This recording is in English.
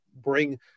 bring